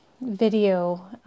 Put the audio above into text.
video